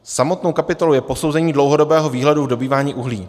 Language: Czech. Samostatnou kapitolou je posouzení dlouhodobého výhledu v dobývání uhlí.